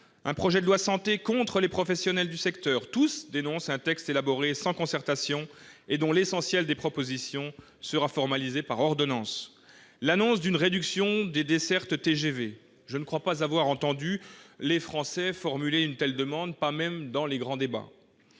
un projet de loi Santé contre les professionnels du secteur, qui dénoncent tous un texte élaboré sans concertation et dont l'essentiel des propositions sera formalisé par ordonnances ; annonce d'une réduction des dessertes de TGV- je ne crois pas avoir entendu les Français formuler une telle demande, pas même dans les grands débats